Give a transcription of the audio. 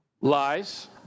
Lies